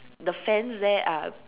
the fans there are